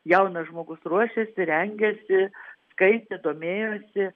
jaunas žmogus ruošiasi rengiasi skaitė domėjosi